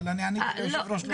אבל עניתי ליושב-ראש, לא לך.